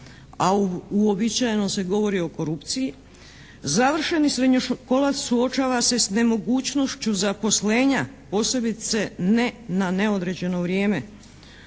a uobičajeno se govori o korupciji. Završeni srednjoškolac suočava se s nemogućnošću zaposlenja, posebice ne na neodređeno vrijeme.